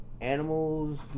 animals